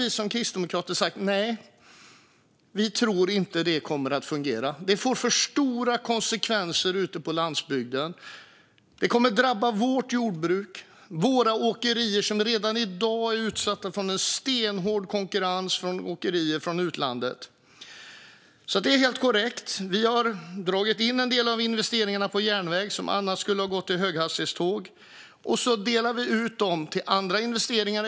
Vi kristdemokrater har sagt att vi inte tror att detta kommer att fungera. Det får för stora konsekvenser ute på landsbygden. Det kommer att drabba vårt jordbruk och våra åkerier, som redan i dag är utsatta för stenhård konkurrens från åkerier från utlandet. Det är alltså helt korrekt att vi har dragit in en del av de investeringar på järnväg som skulle ha gått till höghastighetståg, och vi delar ut medlen till andra investeringar.